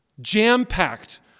jam-packed